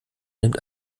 nimmt